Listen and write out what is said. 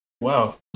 Wow